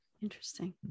Interesting